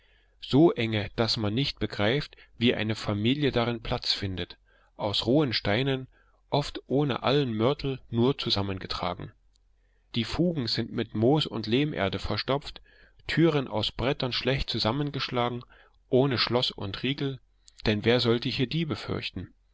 so enge daß man nicht begreift wie eine familie darin platz findet aus rohen steinen oft ohne allen mörtel nur zusammengetragen die fugen sind mit moos und lehmerde verstopft türen aus brettern schlecht zusammengeschlagen ohne schloß und riegel denn wer sollte hier